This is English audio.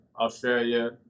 Australia